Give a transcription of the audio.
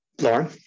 Lauren